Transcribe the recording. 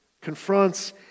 confronts